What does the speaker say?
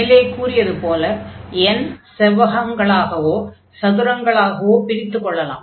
மேலே கூறியது போல n செவ்வகங்களாகவோ சதுரங்களாகவோ பிரித்துக்கொள்ளலாம்